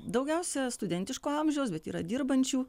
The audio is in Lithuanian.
daugiausia studentiško amžiaus bet yra dirbančių